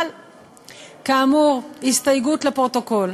אבל, כאמור, הסתייגות לפרוטוקול.